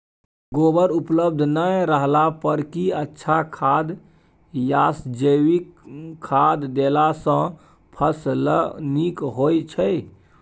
गोबर उपलब्ध नय रहला पर की अच्छा खाद याषजैविक खाद देला सॅ फस ल नीक होय छै?